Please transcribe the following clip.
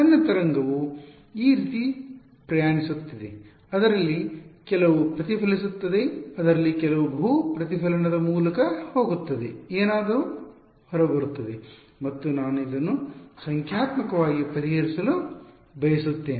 ನನ್ನ ತರಂಗವು ಈ ರೀತಿ ಪ್ರಯಾಣಿಸುತ್ತಿದೆ ಅದರಲ್ಲಿ ಕೆಲವು ಪ್ರತಿಫಲಿಸುತ್ತದೆ ಅದರಲ್ಲಿ ಕೆಲವು ಬಹು ಪ್ರತಿಫಲನದ ಮೂಲಕ ಹೋಗುತ್ತದೆ ಏನಾದರೂ ಹೊರಬರುತ್ತದೆ ಮತ್ತು ನಾನು ಇದನ್ನು ಸಂಖ್ಯಾತ್ಮಕವಾಗಿ ಪರಿಹರಿಸಲು ಬಯಸುತ್ತೇನೆ